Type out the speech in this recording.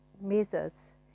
measures